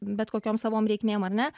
bet kokiom savom reikmėm ar ne